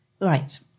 Right